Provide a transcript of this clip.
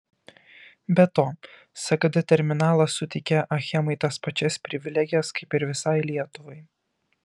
be to sgd terminalas suteikia achemai tas pačias privilegijas kaip ir visai lietuvai